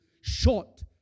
short